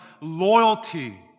loyalty